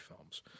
films